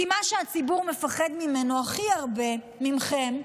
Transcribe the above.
כי מה שהציבור מפחד ממנו הכי הרבה, מכם.